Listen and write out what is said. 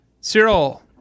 Cyril